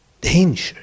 danger